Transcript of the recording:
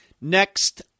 Next